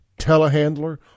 telehandler